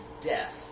death